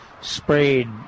sprayed